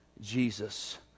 Jesus